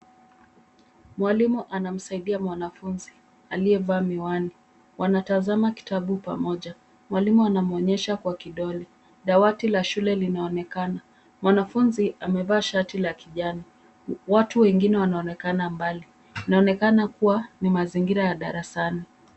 Mwalimu anamsaidia mwanafunzi aliyevaa miwani. Wanatazama kitabu pamoja. Mwalimu anamuonesha kwa kidole. Dawati la shule linaonekana. Mwanafunzi amevaa shati la kijani. Watu wengine wanaonekana mbali. Inaonekana kuwa ni mazingira ya darasani.